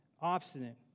obstinate